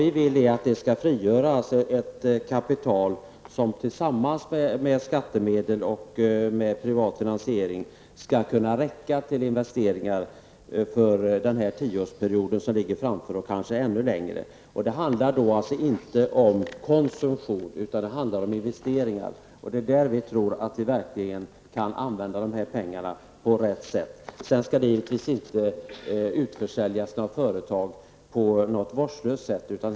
Vi vill att det skall frigöras ett kapital som tillsammans med skattemedel och privat finansiering skall räcka till för investeringar under den tioårsperiod som vi har framför oss och kanske ännu längre. Det handlar alltså inte om konsumtion, utan om investeringar. På så sätt kommer dessa pengar verkligen till rätt användning. Det skall givetvis inte utförsäljas några företag på ett vårdslöst sätt.